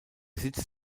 sitz